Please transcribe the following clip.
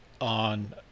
on